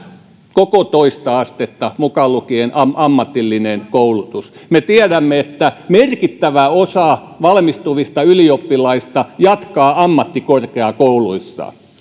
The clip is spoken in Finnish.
koko toista astetta mukaan lukien ammatillinen koulutus me tiedämme että merkittävä osa valmistuvista ylioppilaista jatkaa ammattikorkeakouluissa